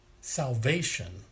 salvation